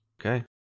Okay